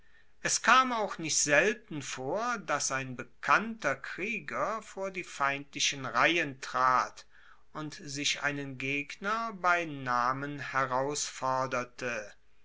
es kam auch nicht selten vor dass ein bekannter krieger vor die feindlichen reihen trat und sich einen gegner bei namen herausforderte